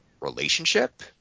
relationship